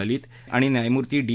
ललित आणि न्यायमूर्ती डी